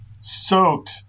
soaked